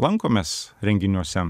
lankomės renginiuose